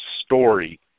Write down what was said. story